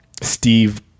Steve